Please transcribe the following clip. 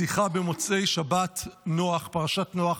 בשיחה במוצאי שבת, פרשת נוח,